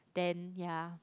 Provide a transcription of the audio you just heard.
then ya